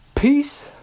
Peace